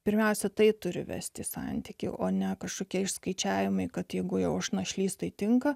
pirmiausia tai turi vesti santykiai o ne kažkokie išskaičiavimai kad jeigu jau aš našlys tai tinka